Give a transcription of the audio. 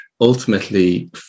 ultimately